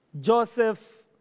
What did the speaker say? Joseph